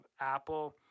Apple